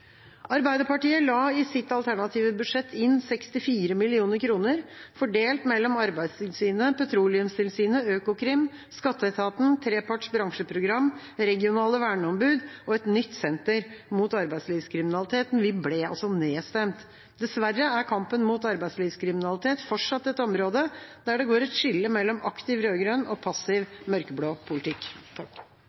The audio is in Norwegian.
Arbeiderpartiet la i sitt alternative budsjett inn 64 mill. kr. fordelt mellom Arbeidstilsynet, Petroleumstilsynet, Økokrim, skatteetaten, treparts bransjeprogram, regionale verneombud og et nytt senter mot arbeidslivskriminalitet. Vi ble nedstemt. Dessverre er kampen mot arbeidslivskriminalitet fortsatt et område der det går et skille mellom aktiv rød-grønn og passiv mørkeblå politikk.